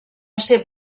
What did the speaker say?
ser